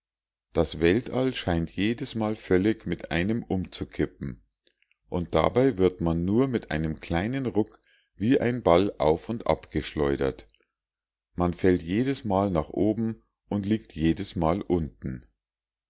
das weltall scheint jedesmal völlig mit einem umzukippen und dabei wird man nur mit einem kleinen ruck wie ein ball auf und ab geschleudert man fällt jedesmal nach oben und liegt jedesmal unten